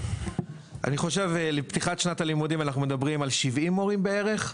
אני חושב לפתיחת שנת הלימודים אנחנו מדברים על 70 מורים בערך,